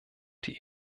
die